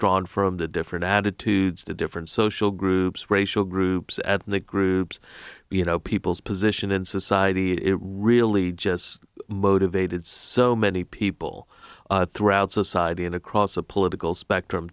drawn from the different attitudes to different social groups racial groups ethnic groups you know people's position in society it really just motivated so many people throughout society and across the political spectrum